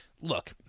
Look